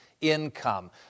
income